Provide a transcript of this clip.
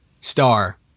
star